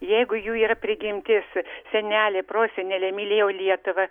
jeigu jų yra prigimtis seneliai proseneliai mylėjo lietuvą